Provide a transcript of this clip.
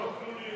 לא כלולים.